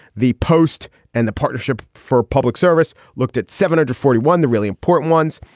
the post and the partnership for public service looked at seventy to forty one, the really important ones,